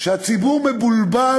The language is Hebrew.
הרי הציבור מבולבל,